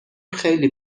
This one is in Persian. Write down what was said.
خیلی